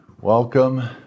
Welcome